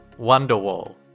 Wonderwall